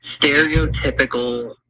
stereotypical